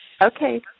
Okay